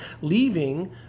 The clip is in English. leaving